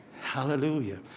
Hallelujah